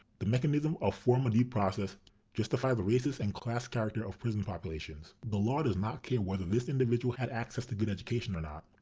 the mechanism of formal due process justifies the racist and class character of prison populations. the law does not care whether this individual had access to good education or not,